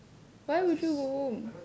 why would you go home